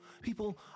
People